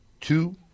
two